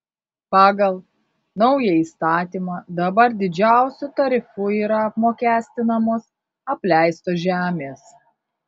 pagal naują įstatymą dabar didžiausiu tarifu yra apmokestinamos apleistos žemės